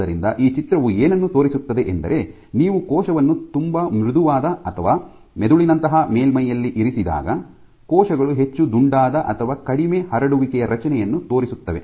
ಆದ್ದರಿಂದ ಈ ಚಿತ್ರವು ಏನನ್ನು ತೋರಿಸುತ್ತದೆ ಎಂದರೆ ನೀವು ಕೋಶವನ್ನು ತುಂಬಾ ಮೃದುವಾದ ಅಥವಾ ಮೆದುಳಿನಂತಹ ಮೇಲ್ಮೈಯಲ್ಲಿ ಇರಿಸಿದಾಗ ಕೋಶಗಳು ಹೆಚ್ಚು ದುಂಡಾದ ಅಥವಾ ಕಡಿಮೆ ಹರಡುವಿಕೆಯ ರಚನೆಯನ್ನು ತೋರಿಸುತ್ತವೆ